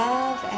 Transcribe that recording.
Love